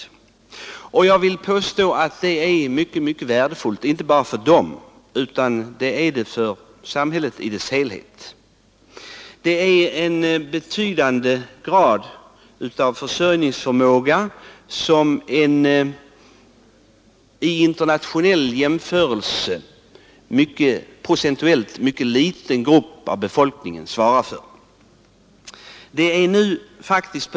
Och jag vill påstå att det är mycket värdefullt inte bara för dem utan för samhället i dess helhet. Det är en betydande grad av livsmedelsförsörjningen som en vid internationell jämförelse procentuellt mycket liten grupp av befolkningen svarar för.